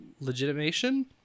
legitimation